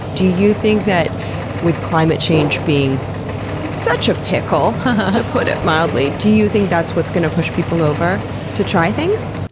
do you think that with climate change being such a pickle, to put it mildly, do you think that's what's gonna push people over to try things?